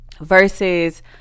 versus